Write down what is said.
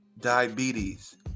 Diabetes